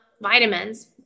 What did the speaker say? vitamins